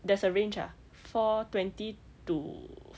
there's a range ah four twenty to